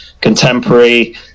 contemporary